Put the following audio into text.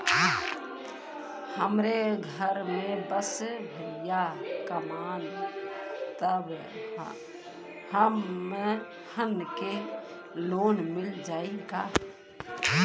हमरे घर में बस भईया कमान तब हमहन के लोन मिल जाई का?